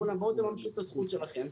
אמרו להם: בואו תממשו את הזכות שלכם,